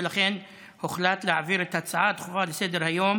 לכן הוחלט להעביר את ההצעה הדחופה לסדר-היום